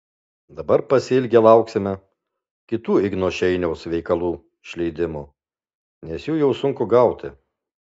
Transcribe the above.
dabar pasiilgę lauksime kitų igno šeiniaus veikalų išleidimo nes jų jau sunku gauti